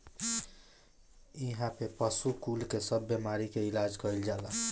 इहा पे पशु कुल के सब बेमारी के इलाज कईल जाला